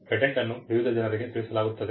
patent ಅನ್ನು ವಿವಿಧ ಜನರಿಗೆ ತಿಳಿಸಲಾಗುತ್ತದೆ